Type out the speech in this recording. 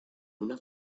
una